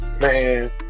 Man